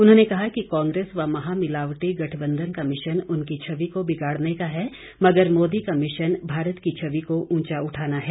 उन्होंने कहा कि कांग्रेस व महामिलावटी गठबंधन का मिशन उनकी छवि को बिगाड़ने का है मगर मोदी का मिशन भारत की छवि को ऊंचा उठाना है